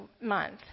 month